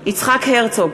יצחק הרצוג,